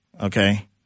Okay